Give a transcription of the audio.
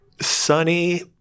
sunny